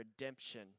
redemption